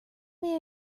may